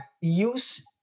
use